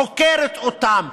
עוקרת אותם,